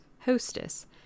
hostess